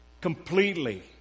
completely